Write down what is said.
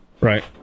Right